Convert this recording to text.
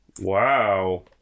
wow